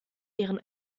ihren